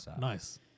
nice